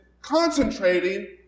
concentrating